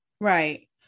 right